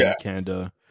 Canada